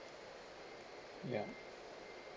ya